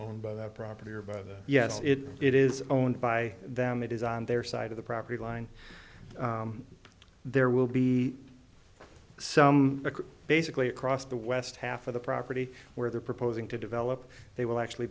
owned by that property or both yes it is owned by them it is on their side of the property line there will be some basically across the west half of the property where they're proposing to develop they will actually